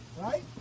right